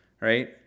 Right